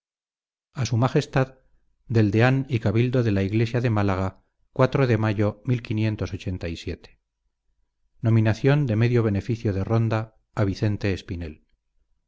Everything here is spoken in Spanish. a su magestad del dean y cabildo de la yglesia de málaga de mayo no dominación de medio beneficio de ronda a vizente spinel